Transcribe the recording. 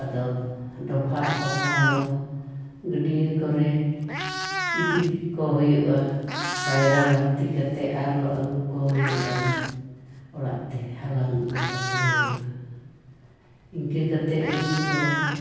ᱟᱫᱚ ᱰᱚᱵᱷᱟᱜ ᱵᱟᱠᱷᱟᱱ ᱫᱚ ᱜᱟᱹᱰᱭᱟᱹ ᱠᱚᱨᱮ ᱤᱫᱤ ᱠᱟᱠᱚ ᱦᱩᱭᱩᱜᱼᱟ ᱵᱟᱭᱨᱟ ᱵᱷᱟᱨᱛᱤ ᱠᱟᱛᱮᱫ ᱟᱨᱚ ᱟᱹᱜᱩ ᱠᱚ ᱦᱩᱭᱩᱜ ᱟᱱ ᱚᱲᱟᱜ ᱛᱮ ᱦᱟᱞᱟᱜ ᱟᱹᱜᱩ ᱠᱟᱠᱚ ᱦᱩᱭᱩᱜᱼᱟ ᱤᱱᱠᱟᱹ ᱠᱟᱛᱮ ᱩᱱᱠᱩ ᱫᱚ